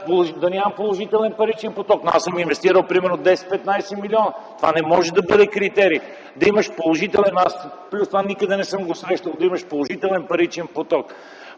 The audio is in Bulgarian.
да нямам положителен паричен поток, но съм инвестирал примерно 10-15 милиона. Това не може да бъде критерий, плюс това никъде не съм го срещал – да имаш „положителен паричен поток”.